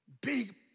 big